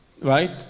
right